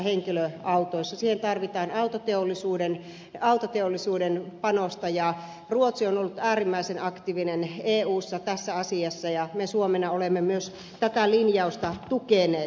siihen tarvitaan autoteollisuuden panosta ja ruotsi on ollut äärimmäisen aktiivinen eussa tässä asiassa ja me suomena olemme myös tätä linjausta tukeneet